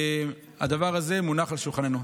הדבר הזה מונח על שולחננו.